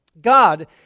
God